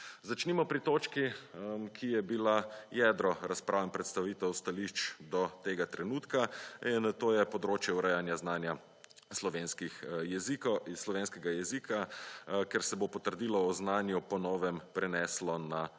Začnimo pri točki, ki je bila jedro razprav in predstavitev stališč do tega trenutka. To je področje urejanje znanja slovenskega jezika, ker se bo potrdilo o znanju po novem preneslo na